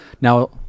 Now